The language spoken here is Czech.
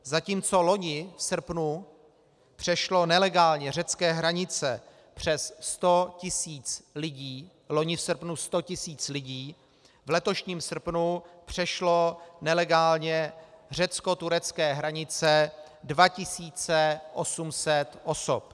Zatímco loni v srpnu přešlo nelegálně řecké hranice přes sto tisíc lidí, loni v srpnu sto tisíc lidí, v letošním srpnu přešlo nelegálně řeckoturecké hranice 2 800 osob.